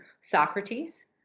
Socrates